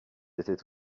étaient